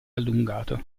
allungato